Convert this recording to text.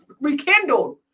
rekindled